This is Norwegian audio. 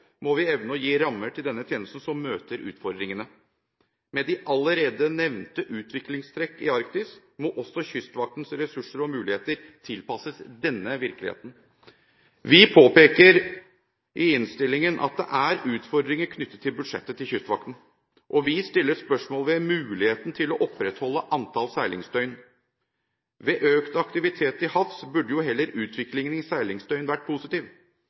må vi evne å gi rammer til denne tjenesten som møter utfordringene. Med de allerede nevnte utviklingstrekk i Arktis må også Kystvaktens ressurser og muligheter tilpasses denne virkeligheten. Vi påpeker i innstillingen at det er utfordringer knyttet til budsjettet til Kystvakten, og vi stiller spørsmål ved muligheten til å opprettholde antall seilingsdøgn. Ved økt aktivitet til havs burde jo heller utviklingen i seilingsdøgn vært positiv.